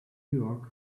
york